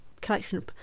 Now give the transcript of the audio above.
collection